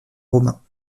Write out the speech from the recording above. romains